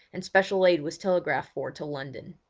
and special aid was telegraphed for to london.